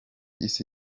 isi